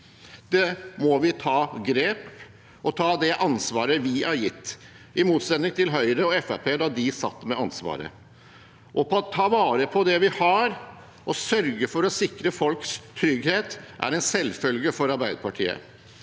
Vi må ta grep og ta det ansvaret vi er gitt, i motsetning til Høyre og Fremskrittspartiet da de satt med ansvaret. Å ta vare på det vi har, og å sørge for å sikre folks trygghet er en selvfølge for Arbeiderpartiet